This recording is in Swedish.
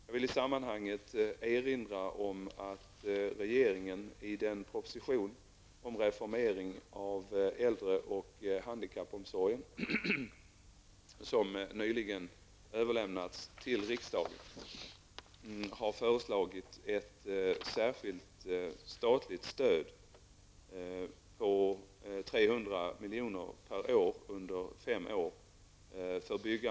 Jag vill i sammanhanget erinra om att regeringen i den proposition om reformering av äldre och handikappomsorgen som nyligen överlämnats till riksdagen föreslagit ett särkilt statligt stöd på 300